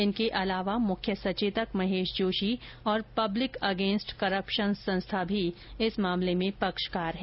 इनके अलावा मुख्य सचेतक महेश जोशी और पब्लिक अगेंस्ट करप्सन संस्था भी इस मामले में पक्षकार है